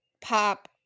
pop